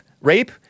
rape